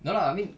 no lah I mean